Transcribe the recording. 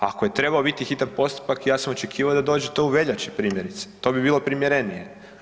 Ako je trebao biti hitan postupak ja sam očekivao da dođe to u veljači primjerice, to bi bilo primjerenije.